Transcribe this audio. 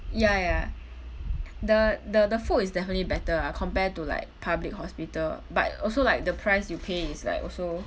ya ya the the the food is definitely better ah compare to like public hospital but also like the price you pay is like also